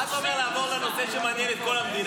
מה אתה אומר על לעבור לנושא שמעניין את כל המדינה?